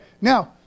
now